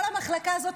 כל המחלקה הזאת,